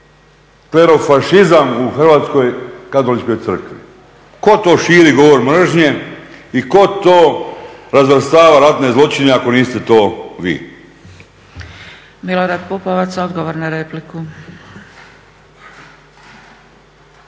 klerofašizam u Hrvatskoj katoličkoj crkvi. Tko to širi govor mržnje i tko to razvrstava ratne zloćine ako niste to vi? **Zgrebec, Dragica